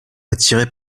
attiré